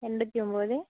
எண்பத்து ஒம்பது